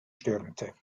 stürmte